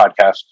podcast